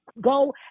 go